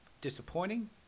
disappointing